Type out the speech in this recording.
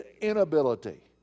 inability